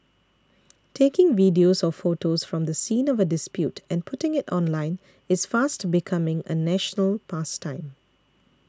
taking videos or photos from the scene of a dispute and putting it online is fast becoming a national pastime